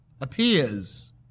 appears